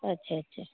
अच्छा अच्छा